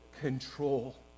control